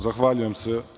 Zahvaljujem se.